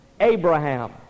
Abraham